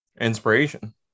inspiration